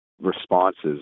responses